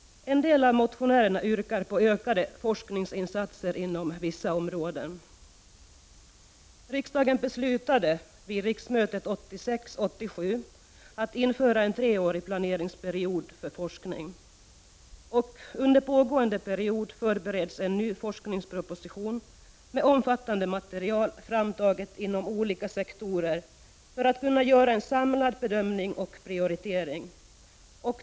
En del av motionärerna yrkar på ökade forskningsinsatser inom vissa områden. Riksdagen beslutade vid riksmötet 1986/87 att införa en treårig planeringsperiod för forskning. Under pågående period förbereds en ny forskningsproposition med omfattande material framtaget inom olika sektorer för att man skall kunna göra en samlad bedömning och prioritering.